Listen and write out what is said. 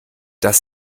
das